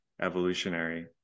evolutionary